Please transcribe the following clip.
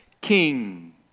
king